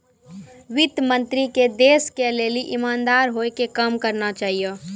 वित्त मन्त्री के देश के लेली इमानदार होइ के काम करना चाहियो